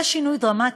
זה שינוי דרמטי,